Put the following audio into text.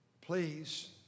Please